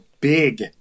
big